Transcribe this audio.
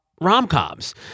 rom-coms